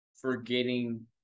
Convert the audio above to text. forgetting